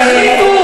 תחליט אתה.